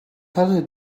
hatte